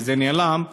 וזה נעלם.